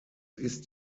ist